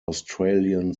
australian